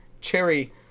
cherry